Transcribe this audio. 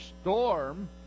storm